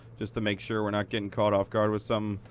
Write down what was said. just to make sure we're not getting caught off guard with something.